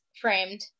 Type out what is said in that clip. framed